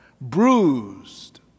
bruised